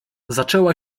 zaczęła